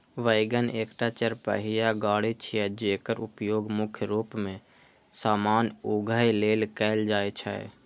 wagon एकटा चरपहिया गाड़ी छियै, जेकर उपयोग मुख्य रूप मे सामान उघै लेल कैल जाइ छै